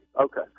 Okay